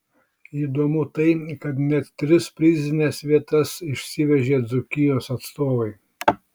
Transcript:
įdomu tai kad net tris prizines vietas išsivežė dzūkijos atstovai